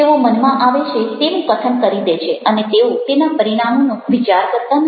તેઓ મનમાં આવે છે તેનું કથન કરી દે છે અને તેઓ તેના પરિણામોનો વિચાર કરતા નથી